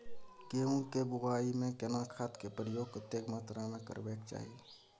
गेहूं के बुआई में केना खाद के प्रयोग कतेक मात्रा में करबैक चाही?